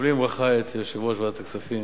מקבלים בברכה את יושב-ראש ועדת הכספים.